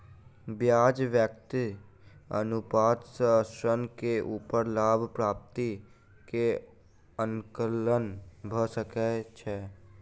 ब्याज व्याप्ति अनुपात सॅ ऋण के ऊपर लाभ प्राप्ति के आंकलन भ सकै छै